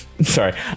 Sorry